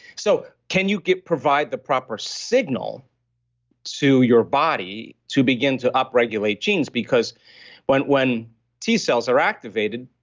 so can you get provide the proper signal to your body to begin to upregulate genes? because when when t-cells are activated,